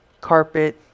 Carpet